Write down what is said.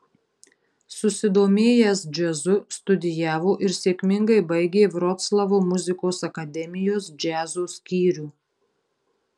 susidomėjęs džiazu studijavo ir sėkmingai baigė vroclavo muzikos akademijos džiazo skyrių